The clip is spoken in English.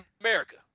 America